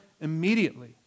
immediately